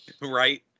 Right